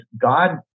God